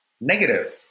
negative